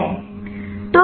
तो यह dlg file है